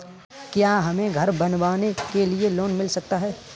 क्या हमें घर बनवाने के लिए लोन मिल सकता है?